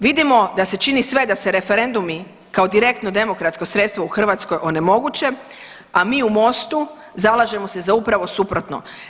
Vidimo da se čini ste da se referendumi kao direktno demokratsko sredstvo u Hrvatskoj onemoguće, a mi u MOST-u zalažemo se za upravo suprotno.